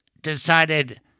decided